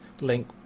link